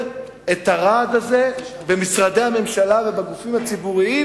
את הרעד הזה במשרדי הממשלה ובגופים הציבוריים,